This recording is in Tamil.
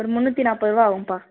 ஒரு முந்நூற்றி நாற்பது ருபாய் ஆகும்ப்பா